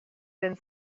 been